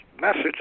message